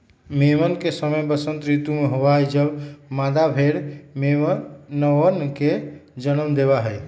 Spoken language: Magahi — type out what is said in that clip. मेमन के समय वसंत ऋतु में होबा हई जब मादा भेड़ मेमनवन के जन्म देवा हई